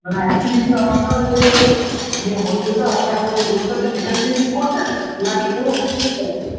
না অ্যাকচুয়ালি কি আপনার যে যে হোটেলটা আছে আপনার যে রুমটা সেইখান দিয়ে লিক করছে নাকি পুরো হোটেলেই সমস্যা